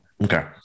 Okay